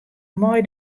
mei